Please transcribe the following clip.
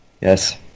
yes